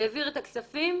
העביר את הכספים,